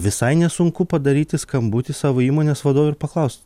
visai nesunku padaryti skambutį savo įmonės vadovui ir paklaust